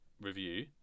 review